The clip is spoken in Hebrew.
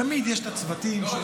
תמיד יש את הצוותים --- לא,